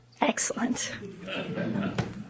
Excellent